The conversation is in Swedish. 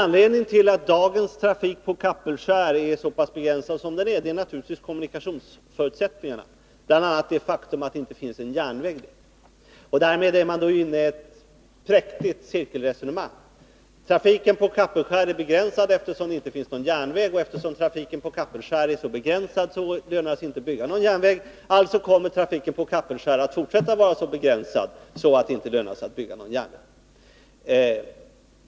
Men en anledning till att dagens trafik på Kapellskär är så pass begränsad är naturligtvis kommunikationsförutsättningarna, bl.a. det faktum att det inte finns någon järnväg dit. Därmed är man inne i ett präktigt cirkelresonemang: Trafiken på Kapellskär är begränsad eftersom det inte finns någon järnväg, och eftersom trafiken på Kapellskär är så begränsad lönar det sig inte att bygga någon järnväg. Alltså kommer trafiken på Kapellskär att fortsätta att vara så begränsad att det inte lönar sig att bygga någon järnväg.